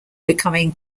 becoming